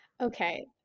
Okay